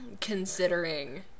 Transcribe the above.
considering